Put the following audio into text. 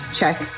check